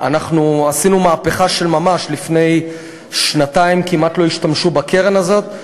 עשינו מהפכה של ממש: לפני שנתיים כמעט לא השתמשו בקרן הזאת,